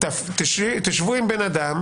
שבו עם האדם.